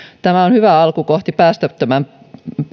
tämä on hyvä alku kohti päästöttömämpää